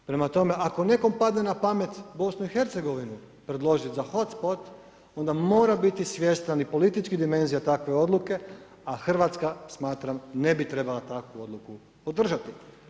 Prema tome, ako nekom padne na pamet BiH predložit za hotspot onda mora biti svjestan i političkih dimenzija takve odluke, a Hrvatska smatram ne bi trebala takvu odluku podržati.